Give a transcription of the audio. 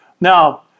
Now